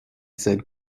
said